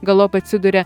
galop atsiduria